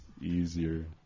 easier